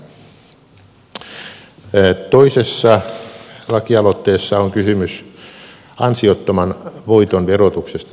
toisessa lakialoitteessa on kysymys ansiottoman voiton verotuksesta sähköntuotannossa